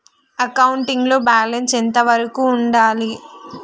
Accounting లో balance ఎంత వరకు ఉండాలి?